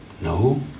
No